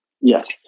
Yes